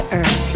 Earth